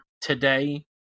today